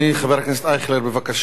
חבר הכנסת ישראל אייכלר, בבקשה.